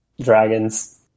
dragons